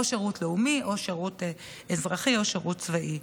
או שירות לאומי או שירות אזרחי או שירות צבאי.